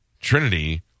Trinity